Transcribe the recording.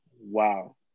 wow